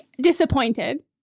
disappointed